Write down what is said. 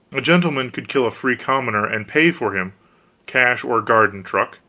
a gentleman could kill a free commoner, and pay for him cash or garden-truck.